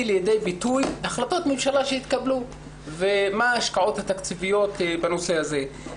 לידי ביטוי החלטות ממשלה שהתקבלו ובחנו מה ההשקעות התקציביות בנושא הזה.